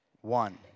one